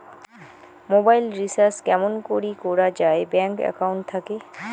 Mobile recharge কেমন করি করা যায় ব্যাংক একাউন্ট থাকি?